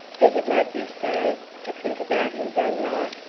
does it make you sad to think about him, grandma?